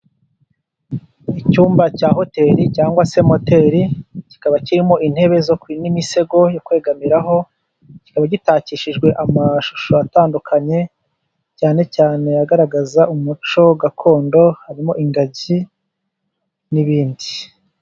Icyumba cya hoteli cyangwa se moteri kikaba kirimo intebe z'imisego yo kwegamiraho, kikaba gitakishijwe amashusho atandukanye cyane cyane agaragaza umuco gakondo harimo ingagi n'ibindi.